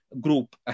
group